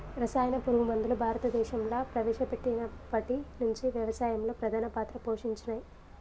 రసాయన పురుగు మందులు భారతదేశంలా ప్రవేశపెట్టినప్పటి నుంచి వ్యవసాయంలో ప్రధాన పాత్ర పోషించినయ్